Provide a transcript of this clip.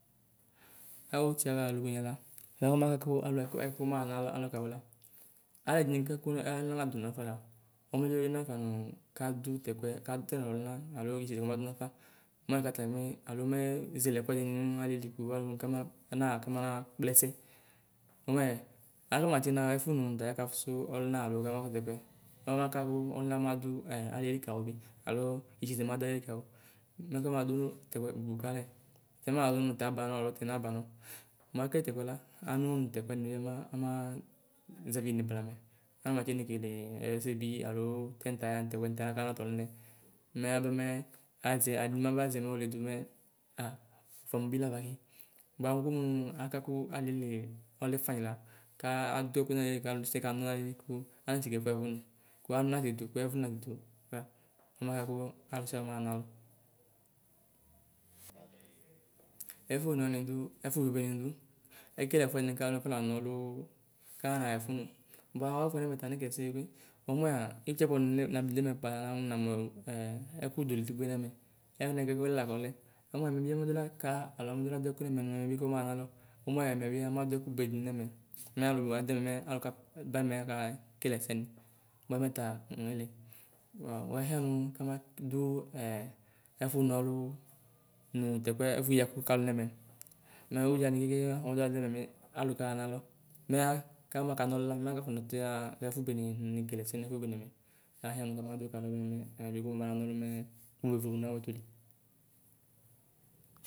Awʋ ʋtɩava ɔlʋwɩnɩ la biku ɔmaka kʋ ɛkʋ kɔmaɣa nʋ alɔ ǩawu la alʋɛdɩnɩ kʋ ɛkʋ nadʋnʋ afa nʋ aɣla ome yadʋ nʋ afa nʋ kadʋ tɛkʋɛ ɔlʋna kɔdʋ nafã alo nʋ itsede kɔdʋ afa nʋ aɣla alo mɛ ezele ɛfʋɛdɩ nʋ alieli kʋ alʋ kamaɣa kpla ɛsɛ au moins anama tsi naɣa ɛfʋ nʋ nʋ atayaɣa kpla ɛsɛ au moins anatsi ɣa ɛfʋnʋ nʋ ̌atayaɣa fʋsʋ ɔlʋna alo tɛkʋɛ ɔma kakʋ ɔlʋna madʋ alielu kawʋ bi alo itsede madʋ alieli kawʋbɩ mɛ kʋmadʋ bʋbʋ kalɛ tɛ nabazɔ nʋ tɛ abanɔ alo tɛ ņ̧abanɔ mʋ ekele tɛkʋɛ la mɛ anʋ nu tɛkʋɛ bi ba zɛvine blamɛ anama tsi nekele ɛsɛbɩ alo tɛ namatsi zɔnʋ tayaɣa ɛmɛ alo nu ttayaɣa natɔlʋ mɛ aba zɛnɔ yolidu mɛ a ʋfʋamʋ bɩ lafa bʋakʋ mʋ aka kʋ aliɛyɛli lɛ fanyi la ka adʋ ɛkʋnɩ nʋ alieli kʋ alʋnɩ kana ɔlʋnɩ nʋ alieli kʋ alʋnɩ natsi fue ɣa ɛfʋnʋ kʋ alʋ natsidu kʋ ɛfʋ natsɩdʋ la ɔbaka kʋ alʋsialʋ maɣa nʋ alɔ ɛfʋ one wanɩ dʋ ɛf̧̧̧ʋ obebe wanɩ dʋ ekele ɛfʋɛdɩnɩ kʋ alʋ afɔnana ɔlʋ kʋ anana ɣa ɛfʋnʋ bʋa awʋ ɛfʋɛ nʋ ɛmɛ anekele ɛsɛdɩ kpekpe au moins ɩtɩ yɛ kpaa kʋ nɩdʋ ɛmɛ aa ninamu ɛkʋ dolɩdɩ kpekpe nʋ ɛmɛ alɛnɛ kʋ ɛkʋwanɩ lɛ aa amɛ la kʋ ɔlɛ au moins ɛmɛbɩa edolaka alo amadʋ ɛkʋ nʋ ɛmɛ bi kɔmaɣa nʋ alɔ au moins adoladʋ ɛkʋbe dɩ nʋ ɛmɛ mɛ alʋ wanɩ dʋ ɛmɛ aka ba ɛmɛ mɛ akekele ɛsɛnɩ bʋa ɛmɛ taa ŋnŋn ele ̌̌̄wahia nʋ kamadʋ ɛfʋ na ɔlʋ nʋ tɛkʋɛ ɛfʋyɩ ɛkʋ nʋ ɛmɛ mɛ ʋdzanɩ keke dola dʋ ɛmɛ mɛ alʋ kaɣa nʋ alɔ mɛ akan ɔlʋ la mɛ kafana tʋɣa ɛsɛ nʋ ɛfʋ benenɩ mɛ ahia wʋbɩ kʋbana ɔlʋ kʋbe vo nʋ awʋɛtʋ lɩ